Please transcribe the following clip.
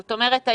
זאת אומרת,